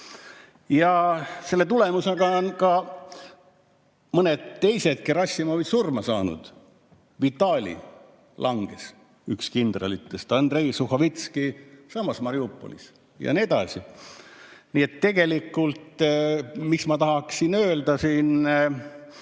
Ja selle tulemusel on ka mõned teised Gerassimovid surma saanud. Vitali langes, üks kindralitest. Andrei Suhhovetski samas Mariupolis ja nii edasi. Nii et tegelikult, mida ma tahaksin öelda siin?